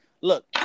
Look